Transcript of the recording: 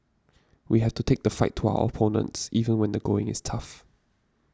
we have to take the fight to our opponents even when the going is tough